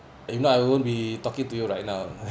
if not I won't be talking to you right now